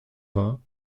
vingts